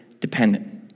dependent